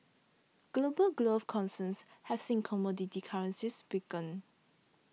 global growth concerns have seen commodity currencies weaken